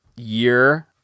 year